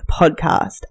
podcast